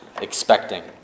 expecting